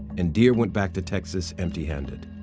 and dear went back to texas empty-handed.